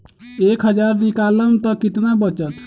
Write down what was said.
एक हज़ार निकालम त कितना वचत?